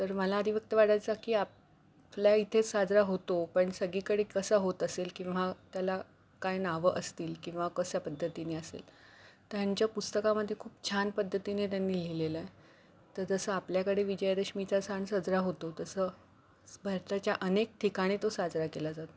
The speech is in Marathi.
तर मला आधी फक्त वाटायच की आपल्या इथे साजरा होतो पण सगळीकडे कसं होत असेल किंवा त्याला काय नावं असतील किंवा कसं पद्धतीने असेल तर यांच्या पुस्तकामध्ये खूप छान पद्धतीने त्यांनी लिहिलेलंय तर जसं आपल्याकडे विजयदशमीचा सण साजरा होतो तसं भारताच्या अनेक ठिकाणी तो साजरा केला जातो